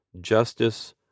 justice